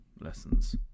lessons